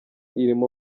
irimo